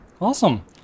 Awesome